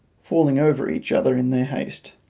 falling over each other in their haste,